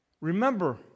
remember